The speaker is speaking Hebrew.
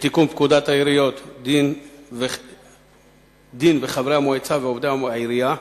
לתיקון פקודת העיריות (דין חברי המועצה ועובדי העירייה)